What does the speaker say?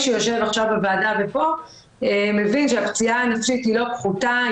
שיושב עכשיו בוועדה ופה מבין שהפציעה הנפשית היא לא פחותה,